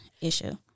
issue